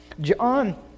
John